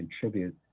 contribute